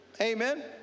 Amen